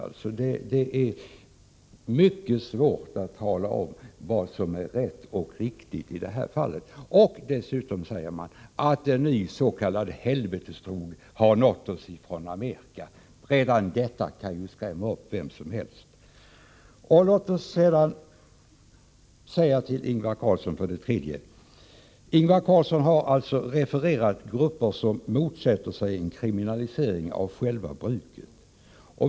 Det är mycket svårt att tala om vad som är rätt och riktigt i det här fallet. Dessutom säger man att en ny s.k. helvetesdrog har nått oss från Amerika. Redan detta kan skrämma vem som helst. Sedan vill jag vända mig till Ingvar Carlsson. Ingvar Carlsson har refererat grupper som motsätter sig en kriminalisering av själva bruket.